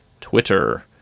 Twitter